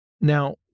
Now